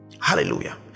hallelujah